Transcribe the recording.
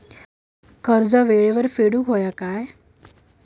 कर्ज येळेवर फेडूक होया काय?